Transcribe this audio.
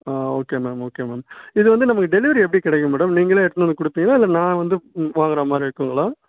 ஆ okay ma'am okay ma'am இது வந்து நம்மளுக்கு டெலிவரி எப்படி கிடைக்கும் மேடம் நீங்களே எடுத்துன்னு வந்து கொடுப்பிங்களா இல்லை நான் வந்து வாங்குகிற மாதிரி இருக்குங்களா